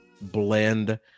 blend